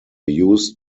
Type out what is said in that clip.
used